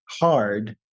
hard